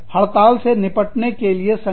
हड़ताल से निपटने के लिए संगठन क्या कार्य करती है